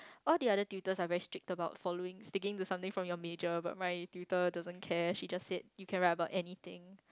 all the other tutors are very strict about following sticking to something from your major but my tutor doesn't care she just said you can write about anything